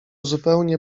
zupełnie